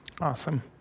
Awesome